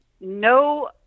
no